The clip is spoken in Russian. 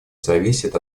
зависят